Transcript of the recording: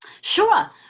Sure